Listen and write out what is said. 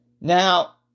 Now